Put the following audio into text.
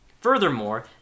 Furthermore